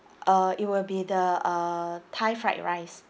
uh it will be the uh thai fried rice